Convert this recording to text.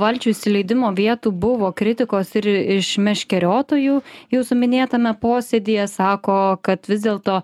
valčių įsileidimo vietų buvo kritikos ir iš meškeriotojų jūsų minėtame posėdyje sako kad vis dėlto